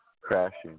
crashing